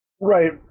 Right